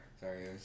sorry